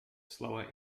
slower